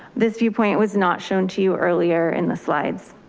this viewpoint was not shown to you earlier in the slides.